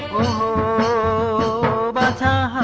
o but